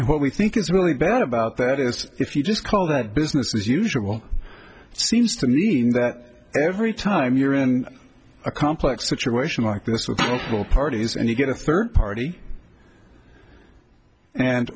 and what we think is really bad about that is if you just call that business as usual seems to mean that every time you're in a complex situation like this with multiple parties and you get a third party and